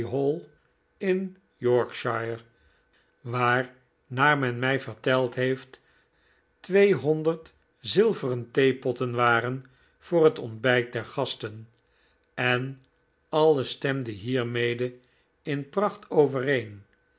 in yorkshire waar naar men mij verteld heeft tweehonderd zilveren theepotten waren voor het ontbijt der gasten en alles stemde hiermede in pracht overeen